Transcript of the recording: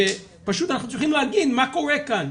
ופשוט אנחנו צריכים להגיד מה קורה כאן,